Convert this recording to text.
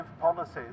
policies